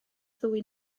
ddwy